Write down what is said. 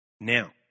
Now